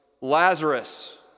Lazarus